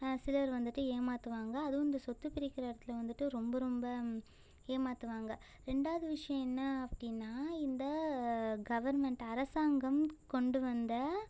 சிலர் வந்துட்டு ஏமாத்துவாங்கள் அதுவும் இந்த சொத்து பிரிக்கிற இடத்துல வந்துட்டு ரொம்ப ரொம்ப ஏமாத்துவாங்கள் ரெண்டாவது விஷயம் என்ன அப்படினா இந்த கவர்மெண்ட் அரசாங்கம் கொண்டு வந்த